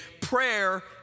prayer